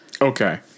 okay